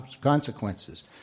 consequences